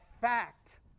fact